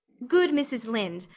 good mrs. lynde,